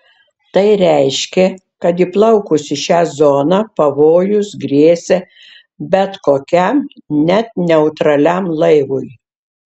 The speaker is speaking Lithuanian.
tai reiškė kad įplaukus į šią zoną pavojus grėsė bet kokiam net neutraliam laivui